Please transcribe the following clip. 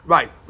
Right